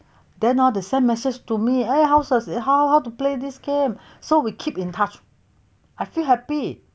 then hor they send message to me h~ h~ how how to play this game so we keep in touch I feel happy